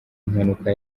mpanuka